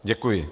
Děkuji.